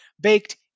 baked